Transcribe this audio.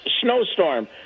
snowstorm